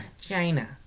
china